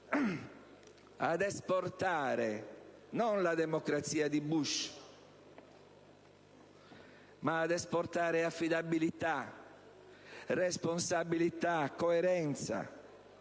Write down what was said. ad esportare non la democrazia di Bush ma affidabilità, responsabilità, coerenza,